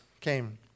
came